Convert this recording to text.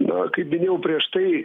na kaip minėjau prieš tai